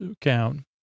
count